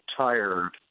tired